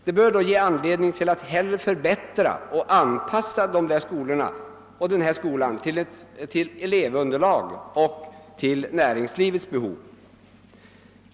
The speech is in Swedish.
Detta bör ge anledning till att hellre förbättra skolan och anpassa den till elevunderlaget och näringslivets behov.